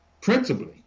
principally